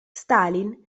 stalin